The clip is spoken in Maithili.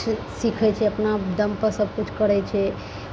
छै सीखय छै अपना दमपर सबकिछु करय छै